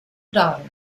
daughter